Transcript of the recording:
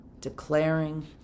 declaring